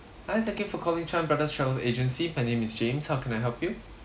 hi thank you for calling chan brothers travel agency my name is james how can I help you